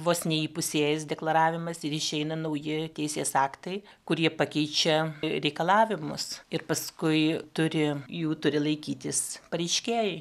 vos neįpusėjęs deklaravimas ir išeina nauji teisės aktai kurie pakeičia reikalavimus ir paskui turi jų turi laikytis pareiškėjai